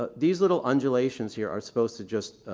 ah these little undulations here are supposed to just,